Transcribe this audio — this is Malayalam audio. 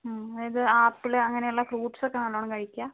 ആ അതായത് ആപ്പിള് അങ്ങനെ ഉള്ള ഫ്രൂട്ട്സൊക്കെ നല്ലോണം കഴിക്കുക